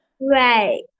Right